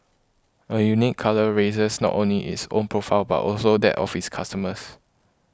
a unique colour raises not only its own profile but also that of its customers